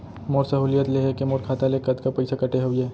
मोर सहुलियत लेहे के मोर खाता ले कतका पइसा कटे हवये?